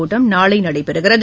கூட்டம் நாளை நடைபெறுகிறது